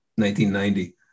1990